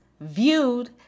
viewed